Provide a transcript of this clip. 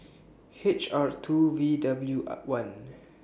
H R two V W R one